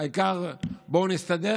העיקר: בואו נסתדר,